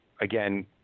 again